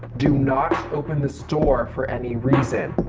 do not open this door for any reason.